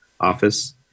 office